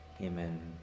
amen